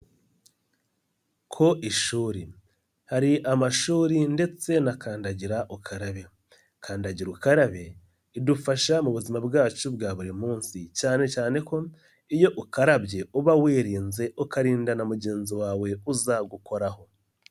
Ku ishuri hari amashuri agira ukarabe. Kandagira ukarabe, idufasha mu buzima bwacu bwa buri munsi cyane cyane ko iyo ukarabye, uba wirinze ukarinda na mugenzi wawe uzagukoraho.